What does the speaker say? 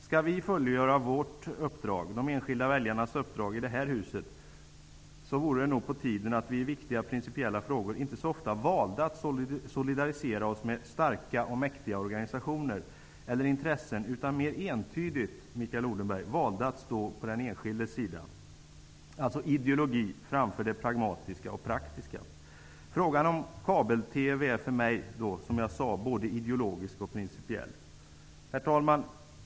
Skall vi här i huset fullgöra de enskilda väljarnas uppdrag är det nog på tiden att vi i viktiga principiella frågor inte så ofta väljer att solidarisera oss med starka och mäktiga organisationer och intressen utan väljer att mer entydigt stå på den enskildes sida, att vi väljer ideologi framför det pragmatiska och praktiska. Frågan om kabel-TV är för mig, som jag sade, både ideologisk och principiell. Herr talman!